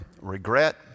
regret